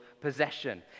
possession